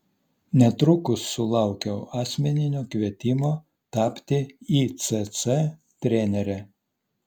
netrukus sulaukiau asmeninio kvietimo tapti icc trenere